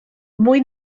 mwy